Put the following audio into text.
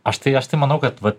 aš tai aš tai manau kad va